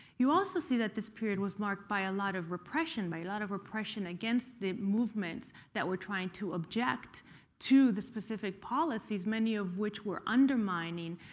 you also see that this period was marked by a lot of repression, by lot of repression against the movements that were trying to object to the specific policies, many of which were undermining